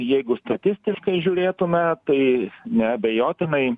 jeigu statistiškai žiūrėtume tai neabejotinai